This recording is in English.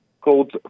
called